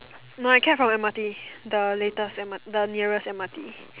no I cab from m_r_t the latest the nearest m_r_t